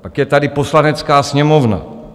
Pak je tady Poslanecká sněmovna.